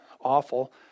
awful